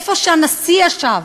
איפה שהנשיא ישב,